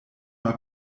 mal